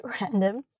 random